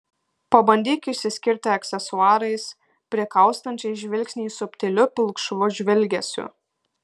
pabandyk išsiskirti aksesuarais prikaustančiais žvilgsnį subtiliu pilkšvu žvilgesiu